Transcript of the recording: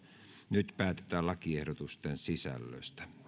nyt päätetään lakiehdotusten sisällöstä